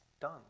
done